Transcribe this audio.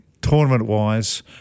tournament-wise